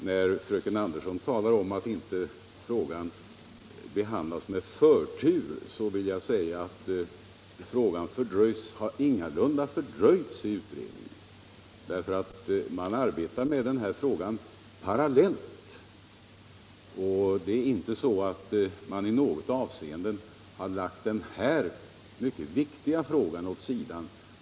När fröken Andersson talar om att frågan inte behandlas med förtur vill jag säga att den ingalunda har fördröjts i utredningen därför att man arbetar med frågan parallellt med övriga arbetsuppgifter. Utredningen har inte i något avseende lagt denna mycket viktiga fråga åt sidan.